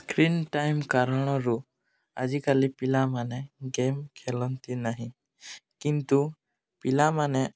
screen time କାରଣରୁ ଆଜିକାଲି ପିଲାମାନେ ଗେମ୍ ଖେଲନ୍ତି ନାହିଁ କିନ୍ତୁ ପିଲାମାନେ